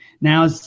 Now